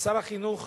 שר החינוך